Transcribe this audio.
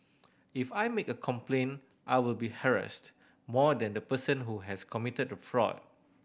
if I make a complaint I will be harassed more than the person who has committed the fraud